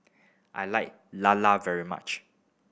I like lala very much